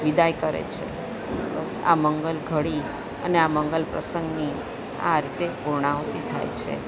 વિદાય કરે છે બસ આ મંગલ ઘડી અને આ મંગલ પ્રસંગની આ રીતે પૂર્ણાહૂતી થાય છે